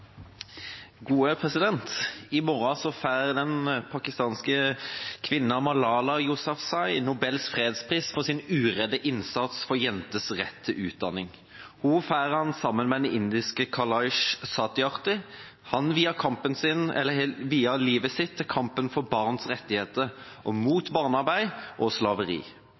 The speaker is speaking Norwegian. gode prosjekter. Replikkordskiftet er dermed omme. I morgen får den pakistanske kvinnen Malala Yousafzai Nobels fredspris for sin uredde innsats for jenters rett til utdanning. Hun får den sammen med indiske Kailash Satyarthi, som har viet livet sitt til kampen for barns rettigheter og kampen mot barnearbeid og slaveri.